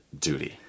duty 。